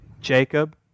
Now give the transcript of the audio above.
Jacob